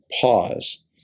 pause